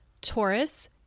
Taurus